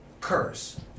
curse